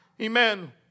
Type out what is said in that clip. Amen